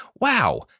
Wow